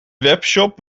webshop